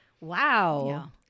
Wow